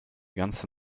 ganze